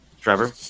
Trevor